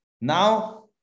Now